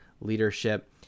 leadership